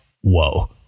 whoa